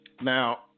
Now